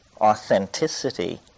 authenticity